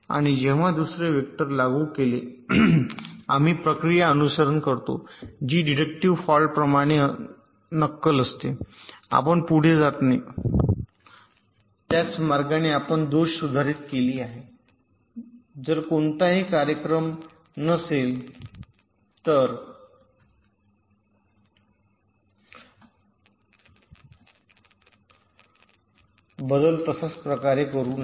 आणि जेव्हा दुसरे वेक्टर लागू केले आम्ही प्रक्रिया अनुसरण करतो जी डिडक्टिव फॉल्ट प्रमाणेच नक्कल असते आपण पुढे जात नाही त्याच मार्गाने आपण दोष सूची सुधारित केली आहे जर कोणताही कार्यक्रम नसेल तर बदल तशाच प्रकारे करू नका